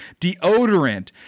deodorant